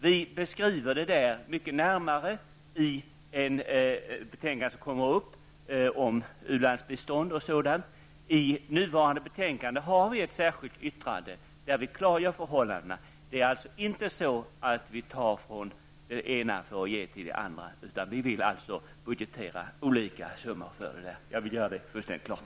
Vi beskriver detta närmare i ett betänkande som kommer upp till behandling -- om u-landsbistånd m.m. I nuvarande betänkande har vi ett särskilt yttrande där vi klargör förhållandena. Det är alltså inte så, att vi tar från det ena anslaget för att ge till det andra. Vi vill alltså budgetera olika summor för dessa ändamål; jag vill göra det fullständigt klart.